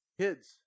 Kids